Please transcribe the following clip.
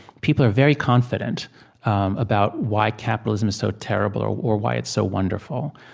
people are very confident about why capitalism is so terrible, or or why it's so wonderful.